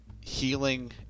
healing